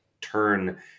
turn